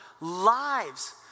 lives